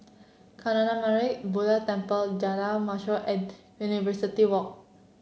Kancanarama Buddha Temple Jalan Mashor and University Walk